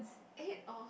eh orh